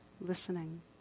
listening